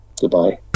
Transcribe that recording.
goodbye